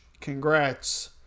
congrats